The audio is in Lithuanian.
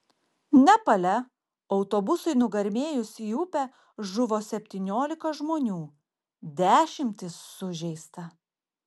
nepale autobusui nugarmėjus į upę žuvo septyniolika žmonių dešimtys sužeista